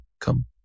come